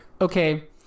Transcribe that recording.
okay